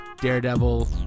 Daredevil